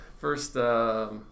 first